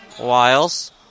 Wiles